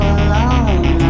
alone